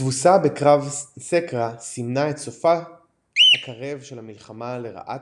התבוסה בקרב סקרה סימנה את סופה הקרב של המלחמה לרעת